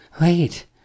Wait